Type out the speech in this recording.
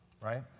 right